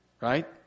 right